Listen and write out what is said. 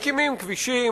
מקימים כבישים,